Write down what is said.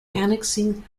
annexing